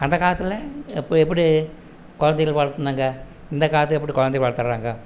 அந்த காலத்தில் எப்படி குழந்தைகள வளர்த்துனாங்க இந்த காலத்தில் எப்படி குழந்தையை வளர்த்துறாங்க